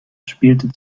spielte